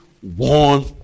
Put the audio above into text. one